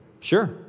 Sure